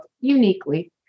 uniquely